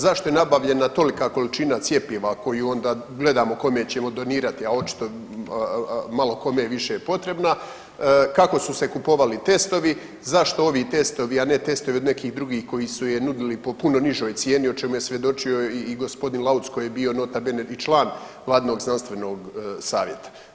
Zašto je nabavljena tolika količina cjepiva koji onda gledamo kome ćemo donirati, a očito malo kome je više potrebna, kako su se kupovali testovi, zašto ovi testovi, ali ne testovi od nekih drugih koji su je nudili po puno nižoj cijeni o čemu je svjedočio i gospodin Lauc koji je bio nota bene i član vladinog znanstvenog savjeta.